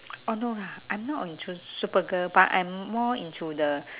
oh no lah I'm not into supergirl but I'm more into the